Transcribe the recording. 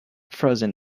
frozen